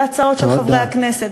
בהצעות של חברי הכנסת,